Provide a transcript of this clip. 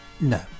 No